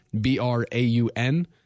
B-R-A-U-N